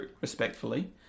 respectfully